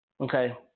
Okay